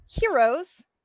heroes